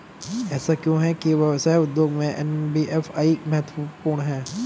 ऐसा क्यों है कि व्यवसाय उद्योग में एन.बी.एफ.आई महत्वपूर्ण है?